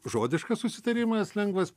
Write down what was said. žodiškas susitarimas lengvas